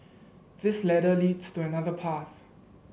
this ladder leads to another path